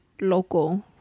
local